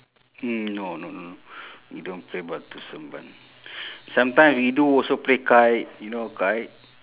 mm no no we don't play batu seremban sometime we do also play kite you know kite